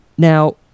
Now